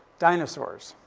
dinosaurs,